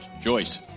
Joyce